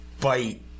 bite